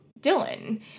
Dylan